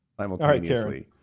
simultaneously